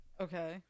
Okay